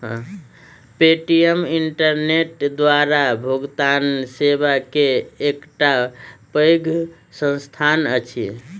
Paytm internet द्वारा भुगतान सेवा के एकटा पैघ संस्थान अछि